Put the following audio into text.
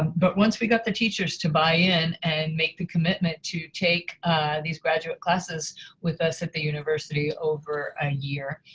um but once we got the teachers to buy in and make the commitment to take these graduate classes with us at the university over a year,